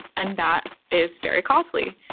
and that is very costly.